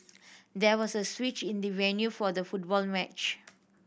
there was a switch in the venue for the football match